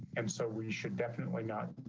and so we should definitely not